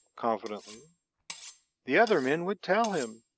confidently the other men would tell him.